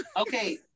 okay